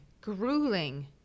grueling